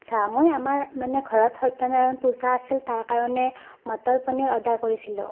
আচ্ছা মই আমাৰ মানে ঘৰত সত্যনাৰায়ণ পূজা আছিল তাৰ কাৰণে মটৰ পনীৰ অৰ্ডাৰ কৰিছিলোঁ